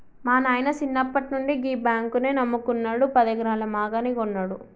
మా నాయిన సిన్నప్పట్నుండి గీ బాంకునే నమ్ముకున్నడు, పదెకరాల మాగాని గొన్నడు